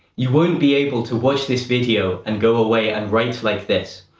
you won't be able to watch this video and go away and write like this.